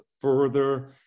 further